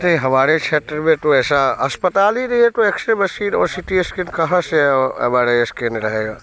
हमारे क्षेत्र में तो ऐसा अस्पताल ही नहीं है तो X ray machine C T scan कहाँ से हमारे स्केन रहेगा